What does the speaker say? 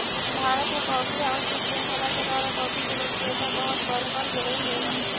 भारत में coffee house के श्रृंखला के द्वारा कॉफी के लोकप्रियता बहुत बढ़बल गेलई हे